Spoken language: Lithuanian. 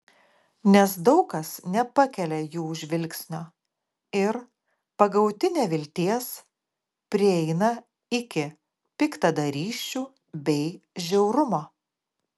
nes daug kas nepakelia jų žvilgsnio ir pagauti nevilties prieina iki piktadarysčių bei žiaurumo